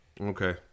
Okay